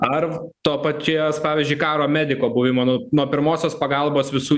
ar to paties pavyzdžiui karo mediko buvimą nu nuo pirmosios pagalbos visų